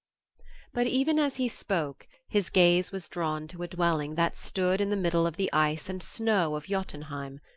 but even as he spoke his gaze was drawn to a dwelling that stood in the middle of the ice and snow of jotunheim.